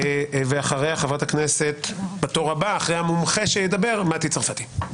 ואחרי המומחה שידבר מטי צרפתי.